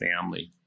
family